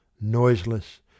noiseless